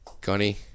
Connie